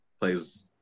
plays